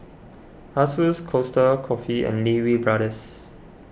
Asus Costa Coffee and Lee Wee Brothers